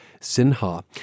Sinha